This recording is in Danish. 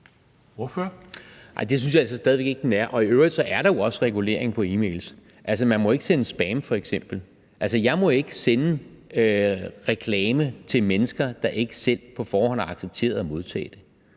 det synes jeg altså stadig væk ikke den er. Og i øvrigt er der jo også regulering på e-mails. Altså man må f.eks. ikke sende spam. Jeg må ikke sende reklame til mennesker, der ikke selv på forhånd har accepteret at modtage den.